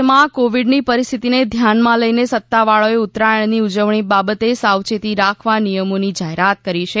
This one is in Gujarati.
રાજ્યમાં કોવિડની પરિસ્થિતિને ધ્યાનમાં લઈને સત્તાવાળાઓએ ઉત્તરાયણની ઉજવણી બાબતે સાવચેતી રાખવા નિયમોની જાહેરાત કરી છે